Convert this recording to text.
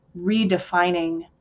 redefining